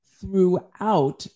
throughout